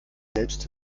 selbst